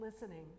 listening